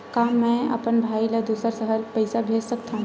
का मैं अपन भाई ल दुसर शहर पईसा भेज सकथव?